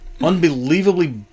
Unbelievably